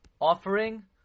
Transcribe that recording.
offering